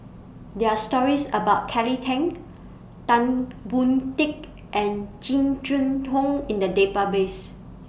There Are stories about Kelly Tang Tan Boon Teik and Jing Jun Hong in The Database